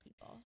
people